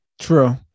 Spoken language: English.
true